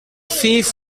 fief